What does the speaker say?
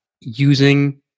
using